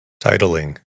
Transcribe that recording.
Titling